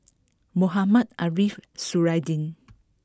Mohamed Ariff Suradi